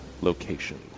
location